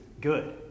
good